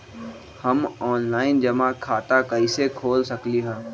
हम ऑनलाइन जमा खाता कईसे खोल सकली ह?